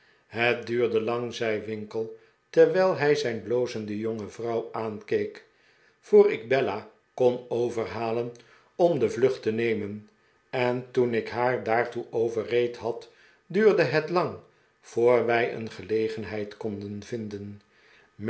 het duurde lang zei winkle terwijl hij zijn blozende jonge vrouw aankeek voor ik bella kon overhalen om de vlucht te nemen en toen ik haar daartoe overreed had duurde het lang voor wij een gelegenheid konden vinden